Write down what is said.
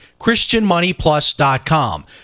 christianmoneyplus.com